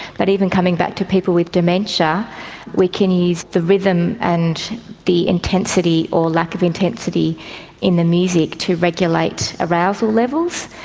but even coming back to people with dementia we can use the rhythm and the intensity or lack of intensity in the music to regulate arousal levels.